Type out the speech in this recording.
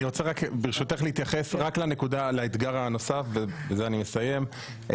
ברשותך אני רוצה להתייחס לאתגר הנוסף ובזה אני אסיים.